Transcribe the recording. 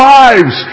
lives